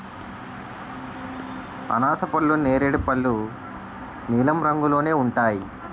అనాసపళ్ళు నేరేడు పళ్ళు నీలం రంగులోనే ఉంటాయి